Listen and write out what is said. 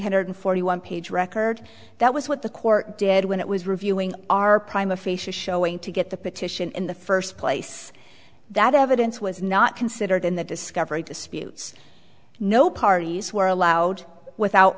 hundred forty one page record that was what the court did when it was reviewing our prime officials showing to get the petition in the first place that evidence was not considered in the discovery disputes no parties were allowed without